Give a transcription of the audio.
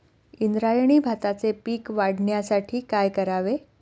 इंद्रायणी भाताचे पीक वाढण्यासाठी काय करावे?